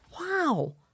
Wow